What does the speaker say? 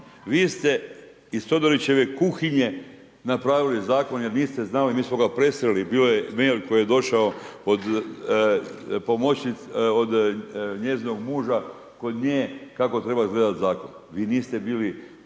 Vi ste iz todorićeve kuhinje napravili Zakon jer niste znali, mi smo ga presreli, bilo je mail koji je došao od pomoćnice, od njezinog muža kod nje kako treba izgledat Zakon. Vi niste bili